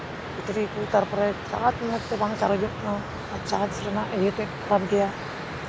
battery ᱠᱚ ᱛᱟᱨᱯᱚᱨᱮ charge ᱢᱚᱡᱽ ᱵᱟᱝ ᱪᱟᱨᱡᱚᱜ ᱠᱟᱱᱟ ᱚᱱᱟ ᱪᱟᱨᱡᱽ ᱨᱮᱱᱟᱜ ᱤᱭᱟᱹ ᱛᱮᱜ ᱠᱷᱟᱨᱟᱯ ᱜᱮᱭᱟ